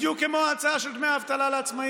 בדיוק כמו ההצעה של דמי אבטלה לעצמאים.